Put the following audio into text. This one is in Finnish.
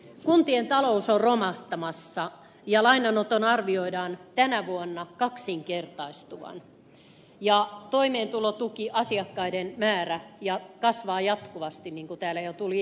kuntien talous on romahtamassa lainanoton arvioidaan tänä vuonna kaksinkertaistuvan ja toimeentulotukiasiakkaiden määrä kasvaa jatkuvasti niin kuin täällä jo tuli esille